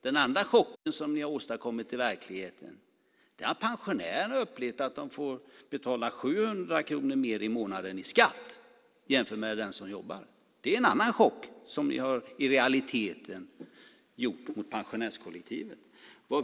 Den andra chocken som ni har åstadkommit i verkligheten är att pensionärerna upplever att de får betala 700 kronor mer i månaden i skatt jämfört med den som jobbar. Det är en annan chock som ni i realiteten har gett pensionärskollektivet.